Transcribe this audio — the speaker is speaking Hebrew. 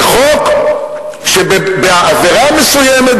זה חוק שבעבירה מסוימת,